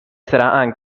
sarà